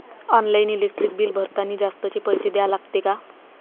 Online electric bill भरतानी जास्तचे पैसे द्या लागते का?